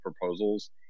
proposals